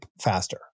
faster